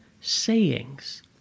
sayings